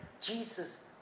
Jesus